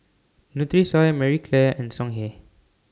Nutrisoy Marie Claire and Songhe